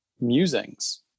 musings